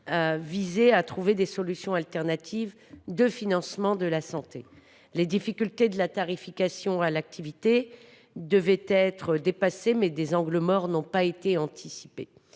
vise à trouver des solutions innovantes de financement de la santé. Les difficultés de la tarification à l’activité devaient être dépassées, mais des angles morts n’ont pas été anticipés.